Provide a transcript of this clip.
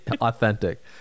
authentic